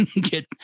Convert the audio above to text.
get